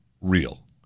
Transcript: real